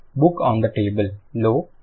book on the table లో ఆ అనే అచ్చు ఉంది